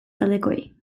taldekoei